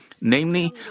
Namely